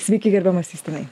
sveiki gerbiamas justinai